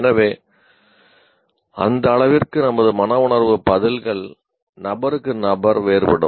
எனவே அந்த அளவிற்கு நமது மனவுணர்வு பதில்கள் நபருக்கு நபர் வேறுபடும்